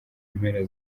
mpera